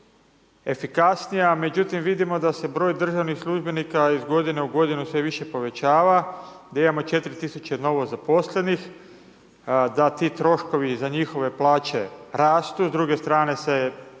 efikasnija, međutim, vidimo da se broj državnih službenika iz godine u godinu sve više povećava, da imamo 4 000 novozaposlenih, da ti troškovi za njihove plaće rastu, s druge strane se plaće